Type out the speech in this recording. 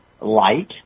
light